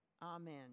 Amen